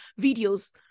videos